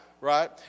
right